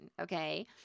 Okay